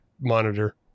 monitor